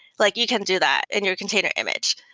like you can do that in your container image.